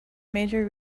major